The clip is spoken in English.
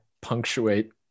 punctuate